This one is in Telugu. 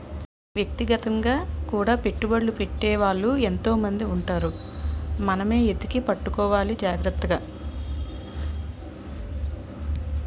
వ్యక్తిగతంగా కూడా పెట్టుబడ్లు పెట్టే వాళ్ళు ఎంతో మంది ఉంటారు మనమే ఎతికి పట్టుకోవాలి జాగ్రత్తగా